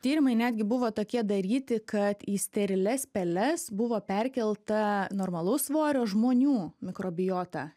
tyrimai netgi buvo tokie daryti kad į sterilias peles buvo perkelta normalaus svorio žmonių mikrobiota